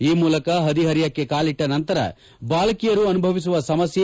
ಈ ಮೂಲಕ ಪದಿಪರೆಯಕ್ಕೆ ಕಾಲಿಟ್ಟ ನಂತರ ಬಾಲಕಿಯರು ಅನುಭವಿಸುವ ಸಮಸ್ಕೆ